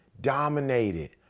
dominated